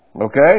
okay